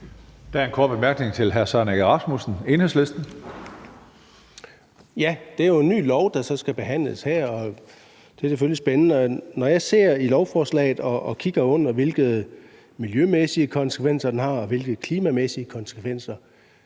Der er en kort bemærkning til hr. Søren Egge Rasmussen, Enhedslisten. Kl. 15:21 Søren Egge Rasmussen (EL): Det er en ny lov, som skal behandles her, og det er selvfølgelig spændende. Når jeg ser i lovforslaget og kigger på, hvilke miljømæssige konsekvenser og hvilke klimamæssige konsekvenser